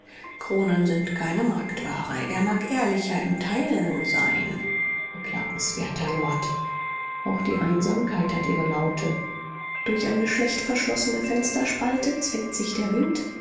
kronen sind keine marktware er mag ehrlicher im teilen sein beklagenswerter lord auch die einsamkeit hat ihre laute durch eine schlechtverschlossene fensterspalte zwängt sich der wind